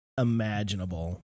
imaginable